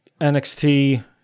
NXT